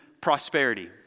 prosperity